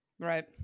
right